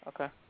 Okay